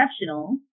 exceptional